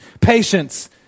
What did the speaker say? patience